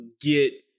get